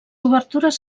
obertures